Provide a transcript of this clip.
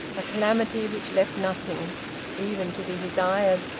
a calamity which left nothing even to be desired!